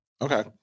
Okay